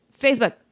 Facebook